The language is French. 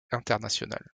internationale